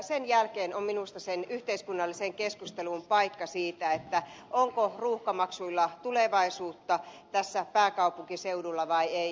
sen jälkeen on minusta sen yhteiskunnallisen keskustelun paikka siitä onko ruuhkamaksuilla tulevaisuutta pääkaupunkiseudulla vai ei